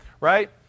right